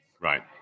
Right